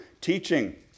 teaching